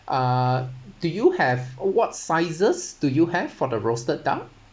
uh do you have what sizes do you have for the roasted duck